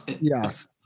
Yes